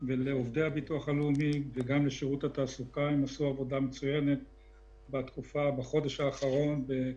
היא בטווח הארוך יעשו הסבות מקצועיות וייקלטו במקומות עבודה חדשים.